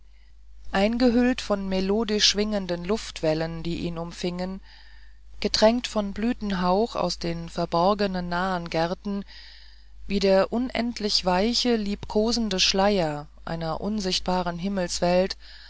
eingehüllt von melodisch schwingenden luftwellen die ihn umfingen getränkt von blütenhauch aus den verborgenen nahen gärten wie der unendlich weiche liebkosende schleier einer unsichtbaren